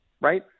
right